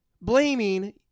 blaming